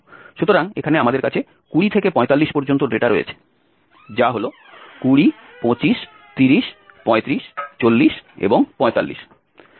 সুতরাং এখানে আমাদের কাছে 20 থেকে 45 পর্যন্ত ডেটা রয়েছে যা হল 20 25 30 35 40 এবং 45